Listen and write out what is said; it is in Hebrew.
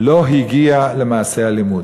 וזה לא הגיע למעשה אלימות.